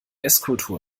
esskultur